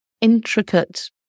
intricate